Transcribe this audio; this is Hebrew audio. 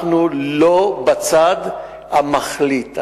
אנחנו לא בצד המחליט.